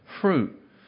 fruit